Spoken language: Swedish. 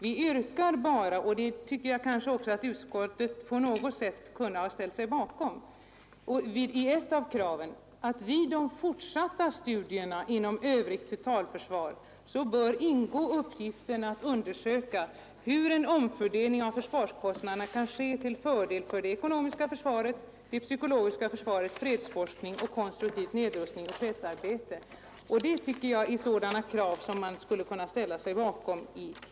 Vi yrkar bara på en punkt — och det tycker jag att utskottet på något sätt kunde ha ställt sig bakom — att i de fortsatta studierna bör ingå uppgiften att undersöka hur en omfördelning av försvarskostnaderna kan ske till fördel för det ekonomiska försvaret, det psykologiska försvaret, fredsforskningen, den konstruktiva nedrustningen och fredsarbetet. Jag tycker detta är krav som hela kammaren skulle kunna ställa sig bakom.